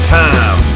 time